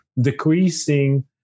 decreasing